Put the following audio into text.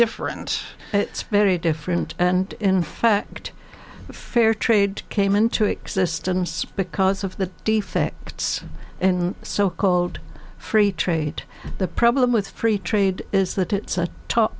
different it's very different and in fact fair trade came into existence because of the defects in so called free trade the problem with free trade is that it